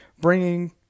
bringing